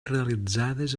realitzades